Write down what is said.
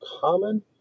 common